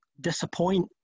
disappoint